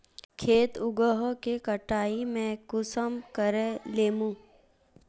खेत उगोहो के कटाई में कुंसम करे लेमु?